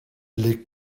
les